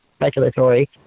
speculatory